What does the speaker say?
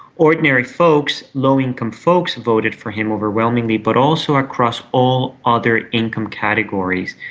ordinary folks, low-income folks, voted for him overwhelmingly, but also across all other income categories.